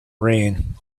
rain